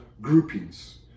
groupings